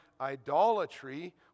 idolatry